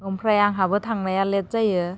ओमफ्राय आंहाबो थांनाया लेट जायो